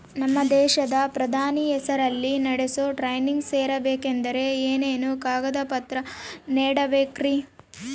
ನಮ್ಮ ದೇಶದ ಪ್ರಧಾನಿ ಹೆಸರಲ್ಲಿ ನಡೆಸೋ ಟ್ರೈನಿಂಗ್ ಸೇರಬೇಕಂದರೆ ಏನೇನು ಕಾಗದ ಪತ್ರ ನೇಡಬೇಕ್ರಿ?